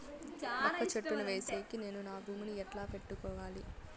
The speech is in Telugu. వక్క చెట్టును వేసేకి నేను నా భూమి ని ఎట్లా పెట్టుకోవాలి?